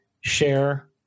share